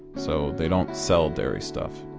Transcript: so they don't sell dairy stuff.